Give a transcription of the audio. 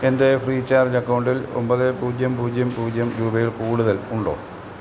എൻ്റെ Freecharge അക്കൗണ്ടിൽ ഒൻപത് പൂജ്യം പൂജ്യം പൂജ്യം രൂപയിൽ കൂടുതൽ ഉണ്ടോ